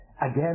again